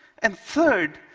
and third,